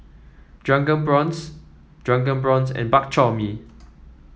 Drunken Prawns Drunken Prawns and Bak Chor Mee